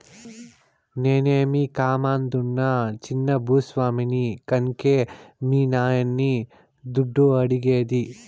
నేనేమీ కామందునా చిన్న భూ స్వామిని కన్కే మీ నాయన్ని దుడ్డు అడిగేది